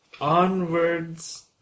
onwards